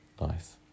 Nice